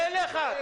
-- פינדרוס...